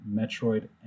Metroid